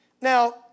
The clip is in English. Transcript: Now